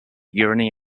urinary